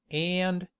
and,